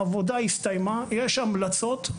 העבודה הסתיימה ויש המלצות.